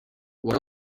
what